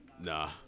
Nah